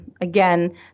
Again